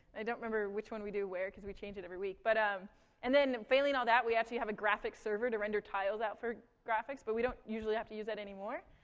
i don't remember which one we do where because we change it every week, but um and then failing all that we actually have a graphic server to render tiles out for graphics, but we don't usually have to use that anymore.